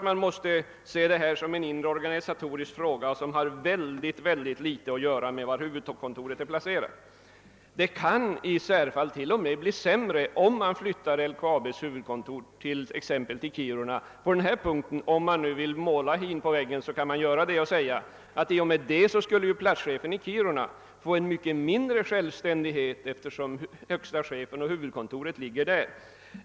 Man måste se det som en inre organisatorisk fråga som i mycket ringa grad har att göra med var huvudkontoret är placerat. Det kan i särfall till och med bli sämre om man flyttar LKAB:s huvudkontor exempelvis till Kiruna. Om man vill måla hin på väggen kan man göra det och säga att i och med detta skulle platschefen i Kiruna få en mindre självständighet eftersom högsta chefen och huvudkontoret finns där.